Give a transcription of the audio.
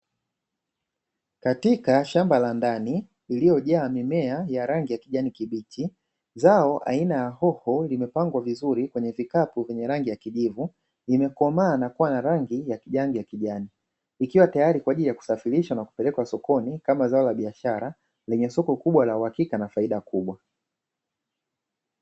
Katika shamba la ndani iliyojaa mimea ya rangi ya kijani kibichi, zao aina ya hoho limepangwa vizuri kwenye vikapu vyenye rangi ya kijivu, imekomaa na kuwa na rangi ya kijani, ikiwa tayari kwa ajili ya kusafirishwa na kupelekwa sokoni kama zao la biashara lenye soko kubwa la uhakika na faida kubwa.